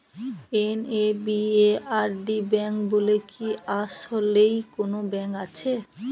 NABARD bank বলে কি আসলেই কোনো ব্যাংক আছে?